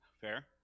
fair